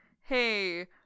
hey